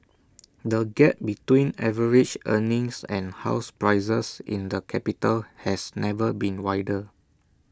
the gap between average earnings and house prices in the capital has never been wider